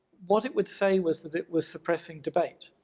what it would say was that it was suppressing debate.